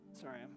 sorry